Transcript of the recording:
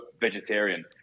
vegetarian